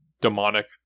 demonic